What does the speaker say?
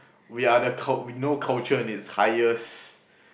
we are the cult~ we know culture in its highest